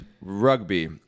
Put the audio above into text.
Rugby